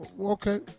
Okay